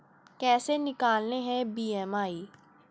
कैसे निकालते हैं बी.एम.आई?